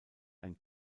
ein